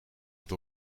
had